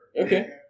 Okay